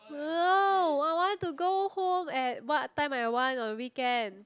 I want to go home at what time I want on weekend